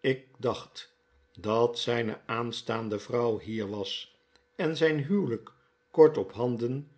ik dacht dat zyne aanstaande vrouw hier was en zyn huwelyk kort op handen